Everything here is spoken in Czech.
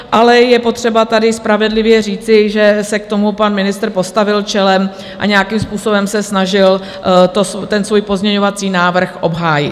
Ale je potřeba tady spravedlivě říci, že se k tomu pan ministr postavil čelem a nějakým způsobem se snažil svůj pozměňovací návrh obhájit.